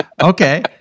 Okay